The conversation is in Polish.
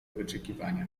wyczekiwania